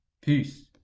Peace